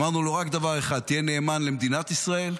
אמרנו רק דבר אחד: תהיה נאמן למדינת ישראל,